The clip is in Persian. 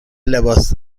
لباس